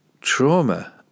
trauma